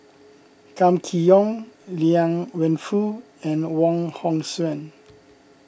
Kam Kee Yong Liang Wenfu and Wong Hong Suen